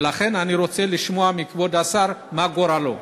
ולכן, אני רוצה לשמוע מכבוד השר מה גורלו.